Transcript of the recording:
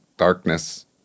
darkness